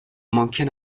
ممکن